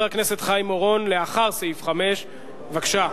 הכנסת חיים אורון לאחרי סעיף 5. בבקשה,